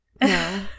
No